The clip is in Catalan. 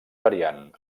variant